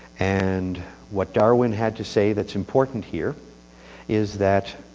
and what darwin had to say that's important here is that